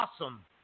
awesome